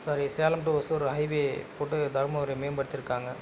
sorry Salem to Hosur highway போட்டு தருமபுரியை மேம்படுத்திருக்காங்க